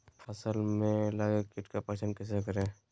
फ़सल में लगे किट का पहचान कैसे करे?